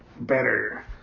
better